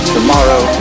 Tomorrow